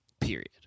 period